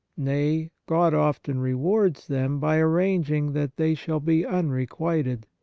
nay, god often rewards them by arranging that they shall be unrequited,